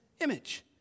image